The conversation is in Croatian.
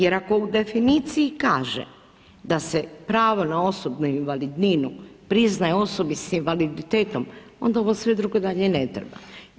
Jer ako u definiciji kaže da se pravo na osobnu invalidninu priznaje osobi sa invaliditetom onda ovo sve drugo dalje ne treba.